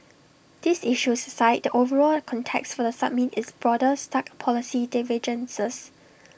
these issues aside the overall context for the summit is broader stark policy divergences